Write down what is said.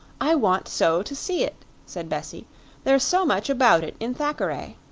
i want so to see it, said bessie there is so much about it in thackeray.